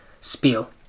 spiel